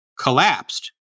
collapsed